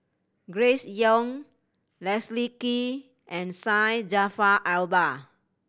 Grace Young Leslie Kee and Syed Jaafar Albar